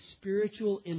spiritual